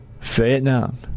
Vietnam